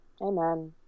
amen